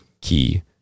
key